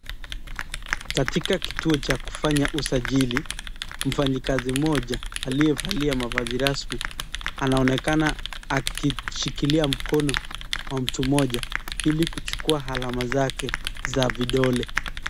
Katika kituo cha kufanya usajili mfanyikazi mmoja aliyevalia mavazi rasmi anaonekana akishikiliaili mkono wa ntu mmoja ili kuchukuwa alama zake za vidole.